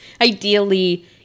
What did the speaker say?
ideally